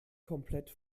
komplett